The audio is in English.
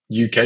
UK